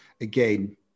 again